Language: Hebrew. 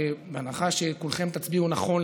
בהנחה שכולכם תצביעו נכון,